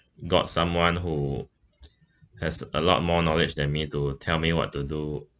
got someone who has a lot more knowledge than me to tell me what to do